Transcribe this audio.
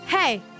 Hey